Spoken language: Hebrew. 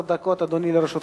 עשר דקות, אדוני, לרשותך.